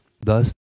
Thus